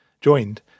joined